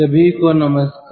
सभी को नमस्कार